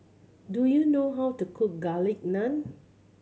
do you know how to cook Garlic Naan